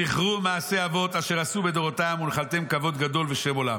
זכרו מעשי אבות אשר עשו בדורותיהם ונחלתם כבוד גדול ושם עולם.